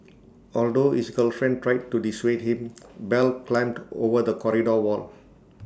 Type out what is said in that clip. although his girlfriend tried to dissuade him bell climbed over the corridor wall